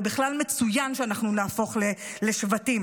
זה בכלל מצוין שאנחנו נהפוך לשבטים,